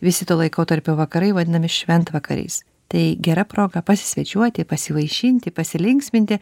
visi to laikotarpio vakarai vadinami šventvakariais tai gera proga pasisvečiuoti pasivaišinti pasilinksminti